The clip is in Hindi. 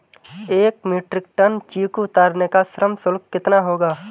एक मीट्रिक टन चीकू उतारने का श्रम शुल्क कितना होगा?